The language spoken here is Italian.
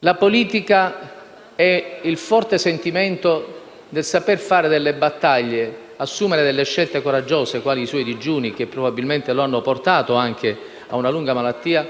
la politica è il forte sentimento del saper fare delle battaglie ed assumere delle scelte coraggiose (quali i suoi digiuni, che probabilmente lo hanno portato anche ad una lunga malattia),